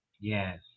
yes